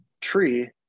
tree